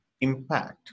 impact